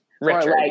Richard